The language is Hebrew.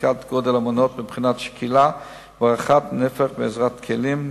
בדיקת גודל המנות מבחינת משקל והערכת נפח בעזרת כלים,